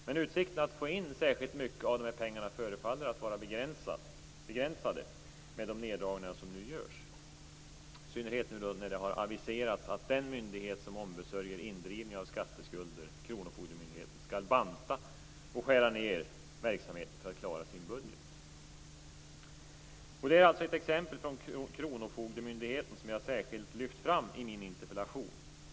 Men utsikten att få in särskilt mycket av dessa pengar förefaller att vara begränsad med de neddragningar som nu görs. Det gäller i synnerhet nu när det aviserats att den myndighet som ombesörjer indrivning av skatteskulder, kronofogdemyndigheten, skall banta och skära ned sin verksamhet för att klara sin budget. Jag har särskilt lyft fram ett exempel från kronofogdemyndigheten i min interpellation.